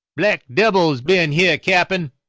black debbils been heah, cappen,